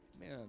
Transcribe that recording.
Man